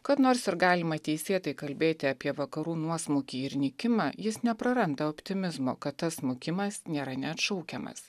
kad nors ir galima teisėtai kalbėti apie vakarų nuosmukį ir nykimą jis nepraranda optimizmo kad tas smukimas nėra neatšaukiamas